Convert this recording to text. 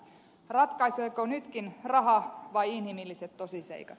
ratkaiseeko nytkin raha vai inhimilliset tosiseikat